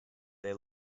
they